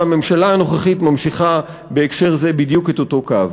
והממשלה הנוכחית ממשיכה בהקשר זה בדיוק את אותו קו.